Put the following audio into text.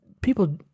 people